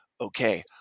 okay